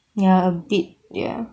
ya a bit